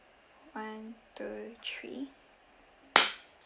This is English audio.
one two three